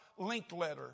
Linkletter